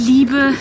Liebe